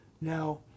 Now